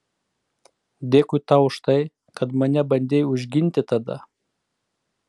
dėkui tau už tai kad mane bandei užginti tada